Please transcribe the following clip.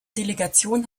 delegation